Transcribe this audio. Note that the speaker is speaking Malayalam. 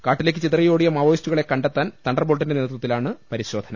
കാട്ടിലേക്ക് ചിതറിയോടിയ മാവോയിസ്റ്റുകളെ കണ്ടെ ത്താൻ തണ്ടർബോൾട്ടിന്റെ നേതൃത്വത്തിലാണ് പരിശോധന